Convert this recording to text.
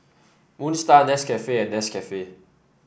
Moon Star Nescafe and Nescafe